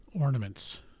ornaments